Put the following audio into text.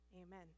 Amen